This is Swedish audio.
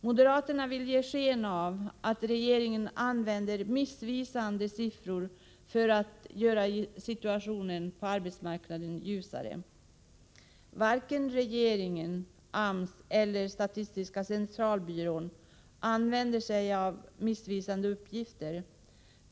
Moderaterna vill ge sken av att regeringen använder missvisande siffror för att göra situationen på arbetsmarknaden ljusare. Varken regeringen, AMS eller statistiska centralbyrån använder sig av missvisande uppgifter.